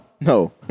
No